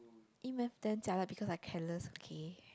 e-math damn jialat because I careless okay